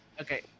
Okay